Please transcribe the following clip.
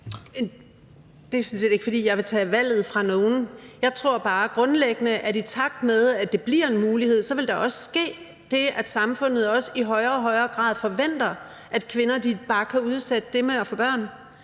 Det er sådan set ikke, fordi jeg vil tage valget fra nogen. Jeg tror bare grundlæggende, at der, i takt med at det bliver en mulighed, også vil ske det, at samfundet i højere og højere grad forventer, at kvinder bare kan udsætte det med at få børn,